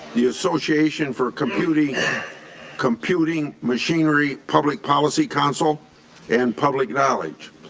yeah association for computing computing machinery public policy council and public knowledge.